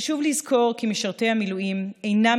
חשוב לזכור כי משרתי המילואים אינם